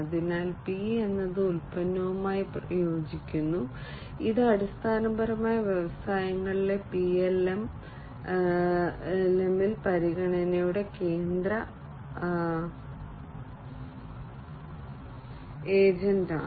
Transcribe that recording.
അതിനാൽ P എന്നത് ഉൽപ്പന്നവുമായി യോജിക്കുന്നു ഇത് അടിസ്ഥാനപരമായി വ്യവസായങ്ങളിലെ PLM ൽ പരിഗണനയുടെ കേന്ദ്ര ഏജന്റാണ്